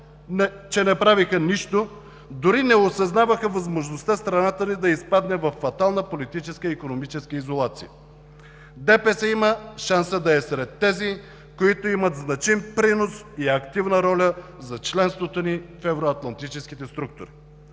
че не правиха нищо, но дори не осъзнаваха възможността страната ни да изпадне във фатална политическа и икономическа изолация. ДПС има шанса да е сред тези, които имат значим принос и активна роля за членството ни в евроатлантическите структури.